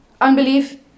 Unbelief